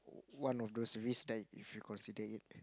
one of those risk that if you consider